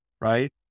Right